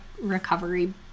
recovery